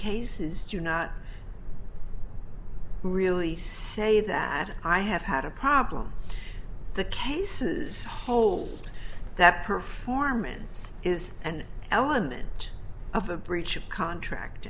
cases do not really say that i have had a problem the cases hold that performance is an element of a breach of contract